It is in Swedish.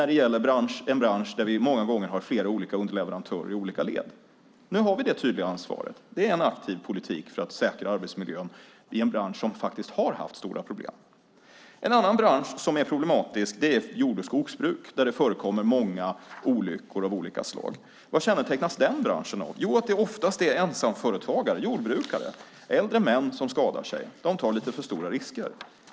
Det gäller ju en bransch där det många gånger finns flera olika underleverantörer i olika led. Nu har vi det tydliga ansvaret. Det är en aktiv politik för att säkra arbetsmiljön i en bransch som faktiskt har haft stora problem. En annan bransch som är problematisk är jord och skogsbruk. Där förekommer många olyckor av olika slag. Vad kännetecknas den branschen av? Det är oftast ensamföretagare - jordbrukare. Det är äldre män som skadar sig. De tar lite för stora risker.